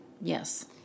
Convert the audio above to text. Yes